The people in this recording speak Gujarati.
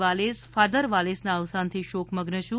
વાલેસ ફાધર વાલેસના અવસાનથી શોકમઝ્ન છું